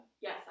yes